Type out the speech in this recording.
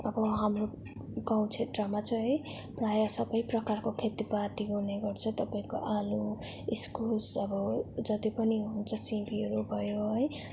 अब हाम्रो गाउँ क्षेत्रमा चाहिँ है प्रायः सबै प्रकारको खेतीपाती गर्ने गर्छ तपाईँको आलु इस्कुस अब जति पनि हुन्छ सिबीहरू भयो है